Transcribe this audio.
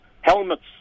helmets